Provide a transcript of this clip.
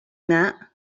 ماء